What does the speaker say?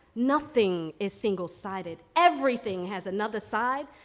nothing is single sided everything has another side,